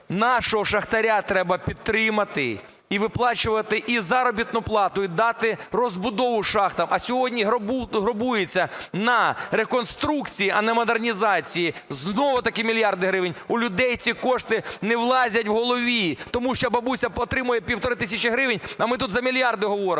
нашого шахтаря треба підтримати і виплачувати і заробітну плату, і дати розбудову шахтам. А сьогодні грабується на реконструкції, а не модернізації знову-таки мільярди гривень. У людей ці кошти не влазять в голові, тому що бабуся отримує півтори тисячі гривень, а ми тут за мільярди говоримо.